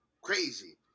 Crazy